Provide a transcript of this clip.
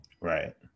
Right